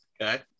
Okay